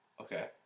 Okay